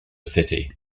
city